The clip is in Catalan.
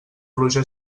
pluja